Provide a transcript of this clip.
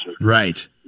Right